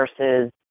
versus